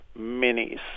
Minis